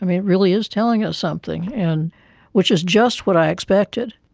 it really is telling us something, and which is just what i expected,